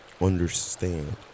understand